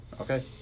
Okay